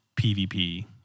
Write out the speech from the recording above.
PvP